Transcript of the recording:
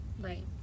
right